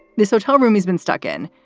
this hotel room has been stuck in.